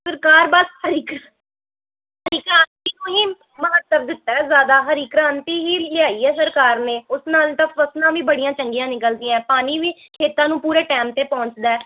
ਸਰਕਾਰ ਬਸ ਹਰੀ ਕ੍ਰਾਂਤੀ ਹਰੀ ਕ੍ਰਾਂਤੀ ਨੂੰ ਹੀ ਮਹੱਤਵ ਦਿੱਤਾ ਹੈ ਜ਼ਿਆਦਾ ਹਰੀ ਕ੍ਰਾਂਤੀ ਹੀ ਲਿਆਈ ਹੈ ਸਰਕਾਰ ਨੇ ਉਸ ਨਾਲ ਤਾਂ ਫਸਲਾਂ ਵੀ ਬੜੀਆਂ ਚੰਗੀਆਂ ਨਿਕਲਦੀਆਂ ਪਾਣੀ ਵੀ ਖੇਤਾਂ ਨੂੰ ਪੂਰੇ ਟਾਈਮ 'ਤੇ ਪਹੁੰਚਦਾ